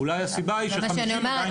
אולי הסיבה היא ש-50 עדיין בחקירה.